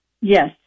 Yes